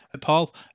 Paul